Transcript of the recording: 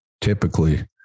typically